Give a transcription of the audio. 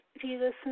Jesus